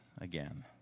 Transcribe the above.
again